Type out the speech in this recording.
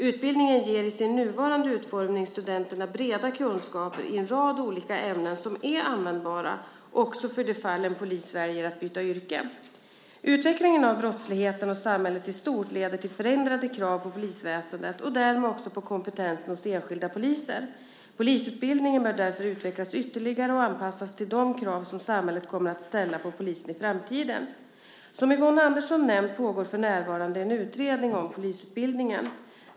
Utbildningen ger i sin nuvarande utformning studenterna breda kunskaper i en rad olika ämnen som är användbara också för det fall en polis väljer att byta yrke. Utvecklingen av brottsligheten och samhället i stort leder till förändrade krav på polisväsendet och därmed också på kompetensen hos enskilda poliser. Polisutbildningen bör därför utvecklas ytterligare och anpassas till de krav som samhället kommer att ställa på polisen i framtiden. Som Yvonne Andersson nämnt pågår för närvarande en utredning om polisutbildningen.